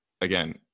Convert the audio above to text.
again